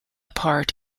part